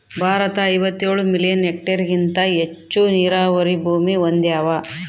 ಭಾರತ ಐವತ್ತೇಳು ಮಿಲಿಯನ್ ಹೆಕ್ಟೇರ್ಹೆಗಿಂತ ಹೆಚ್ಚು ನೀರಾವರಿ ಭೂಮಿ ಹೊಂದ್ಯಾದ